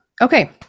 okay